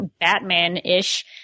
Batman-ish